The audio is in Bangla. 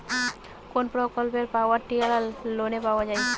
কোন প্রকল্পে পাওয়ার টিলার লোনে পাওয়া য়ায়?